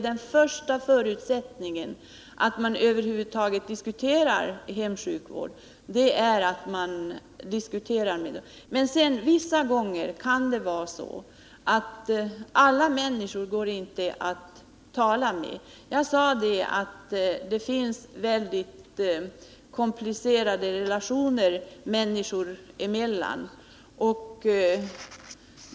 Den första förutsättningen vid hemsjukvård är att man diskuterar med anhöriga och patienter. Men det går inte att tala med alla människor. Jag sade tidigare att det finns mycket komplicerade relationer människor emellan.